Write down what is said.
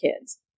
kids